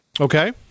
Okay